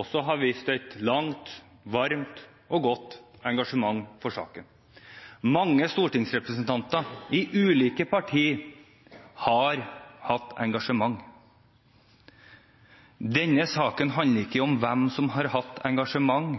også viste et langt, varmt og godt engasjement for saken. Mange stortingsrepresentanter i ulike partier har hatt engasjement. Denne saken handler ikke om hvem som har hatt engasjement,